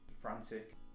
Frantic